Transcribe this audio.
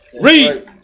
Read